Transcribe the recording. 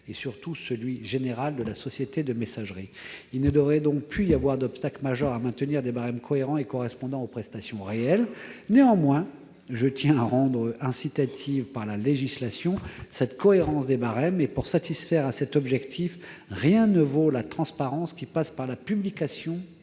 et surtout celui de la société de messagerie. Il ne devrait donc plus y avoir d'obstacle majeur à maintenir des barèmes cohérents et correspondants aux prestations réelles. Néanmoins, je tiens à ce que la législation incite à la cohérence des barèmes et, pour satisfaire cet objectif, rien ne vaut la transparence, qui passe par la publication de ces